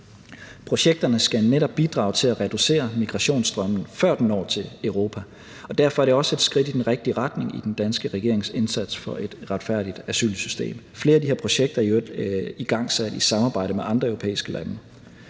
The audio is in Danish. Projekterne skal netop bidrage til at reducere migrationsstrømmen, før den når til Europa. Og derfor er det også et skridt i den rigtige retning i den danske regerings indsats for et retfærdigt asylsystem. Flere af de her projekter er i øvrigt igangsat i samarbejde med andre europæiske lande.